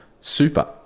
super